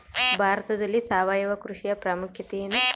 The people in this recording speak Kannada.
ಭಾರತದಲ್ಲಿ ಸಾವಯವ ಕೃಷಿಯ ಪ್ರಾಮುಖ್ಯತೆ ಎನು?